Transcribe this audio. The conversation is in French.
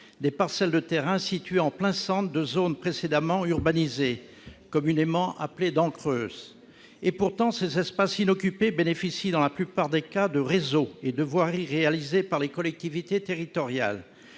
des parcelles de terrains situées en plein centre de zones précédemment urbanisées, communément appelées « dents creuses ». Pourtant, ces espaces inoccupés bénéficient dans la plupart des cas de réseaux et de voiries réalisés par les collectivités territoriales.